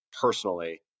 personally